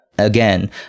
again